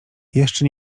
jeszcze